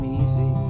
easy